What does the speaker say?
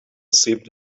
seemed